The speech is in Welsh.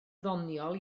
ddoniol